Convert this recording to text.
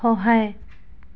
সহায়